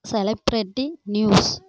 celebrity news